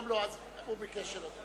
הוא ביקש שלא תקרא.